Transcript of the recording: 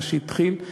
מה שהתחיל.